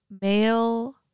male